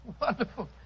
Wonderful